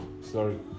sorry